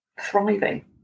thriving